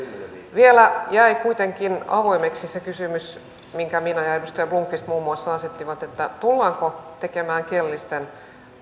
vielä jäi kuitenkin avoimeksi se kysymys minkä minä ja edustaja blomqvist muun muassa asetimme tullaanko tekemään kielellisten